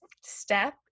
step